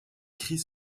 chris